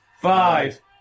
five